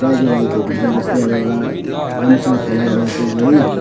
प्राइजहरू राख्दिएको हुन्छ जस्तै अब एउटा राम्रोसँग खेलाडिलाई चाहिँ यही